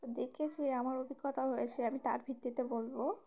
দেখে যে আমার অভিজ্ঞতা হয়েছে আমি তার ভিত্তিতে বলব